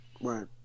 right